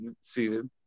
seated